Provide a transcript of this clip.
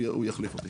הוא יחליף אותי.